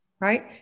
right